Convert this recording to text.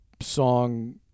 song